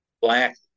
Black